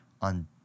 on